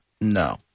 No